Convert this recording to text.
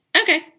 Okay